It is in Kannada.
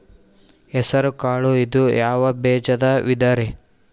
ಹೆಸರುಕಾಳು ಇದು ಯಾವ ಬೇಜದ ವಿಧರಿ?